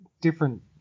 different